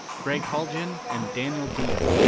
gregg haljan and daniel dean.